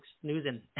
snoozing